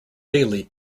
daily